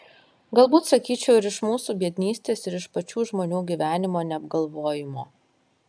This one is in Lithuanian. galbūt sakyčiau ir iš mūsų biednystės ir iš pačių žmonių gyvenimo neapgalvojimo